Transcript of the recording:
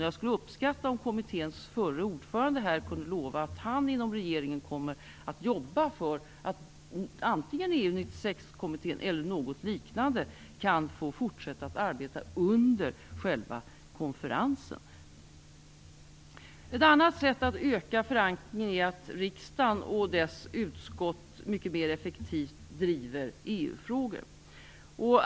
Jag skulle uppskatta om kommitténs förre ordförande kunde lova att han inom regeringen kommer att jobba för att antingen EU 96 kommittén eller något liknande kan få fortsätta att arbeta under själva konferensen. Ett annat sätt att öka förankringen är att riksdagen och dess utskott driver EU-frågor mycket mer effektivt.